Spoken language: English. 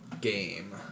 game